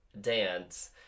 dance